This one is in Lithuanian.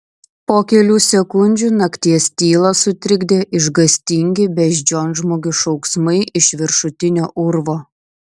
po kelių sekundžių nakties tylą sutrikdė išgąstingi beždžionžmogių šauksmai iš viršutinio urvo